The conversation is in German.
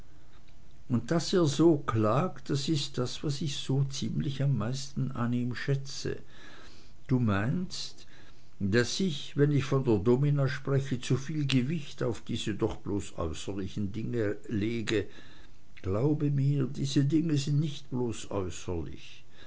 und daß er so klagt das ist das was ich so ziemlich am meisten an ihm schätze du meinst daß ich wenn ich von der domina spreche zuviel gewicht auf diese doch bloß äußerlichen dinge lege glaube mir diese dinge sind nicht bloß äußerlich